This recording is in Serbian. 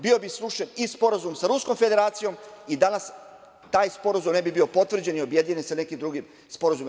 Bio bi srušen i Sporazum sa Ruskom Federacijom i danas taj sporazum ne bi bio potvrđen i objedinjen sa nekim drugim sporazumima.